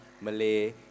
Malay